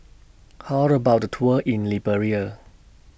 How about A Tour in Liberia